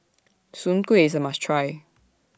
Soon Kuih IS A must Try